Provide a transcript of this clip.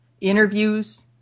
interviews